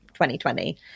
2020